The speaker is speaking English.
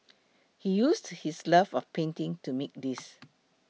he used his love of painting to make these